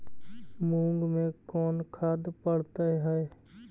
मुंग मे कोन खाद पड़तै है?